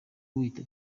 wita